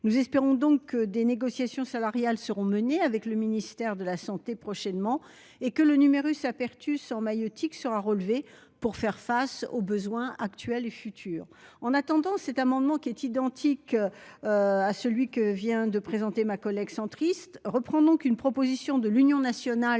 Nous espérons donc que des négociations salariales seront prochainement menées avec le ministère de la santé et que le en maïeutique sera relevé pour faire face aux besoins actuels et futurs. En attendant, cet amendement, qui est proche de celui que vient de présenter ma collègue centriste, reprend une proposition de l'Union nationale